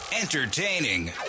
Entertaining